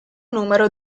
numero